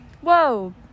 Whoa